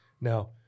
Now